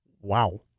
Wow